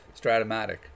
stratomatic